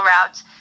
routes